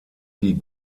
die